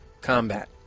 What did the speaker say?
Combat